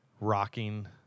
rocking